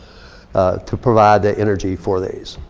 ah to provide the energy for these.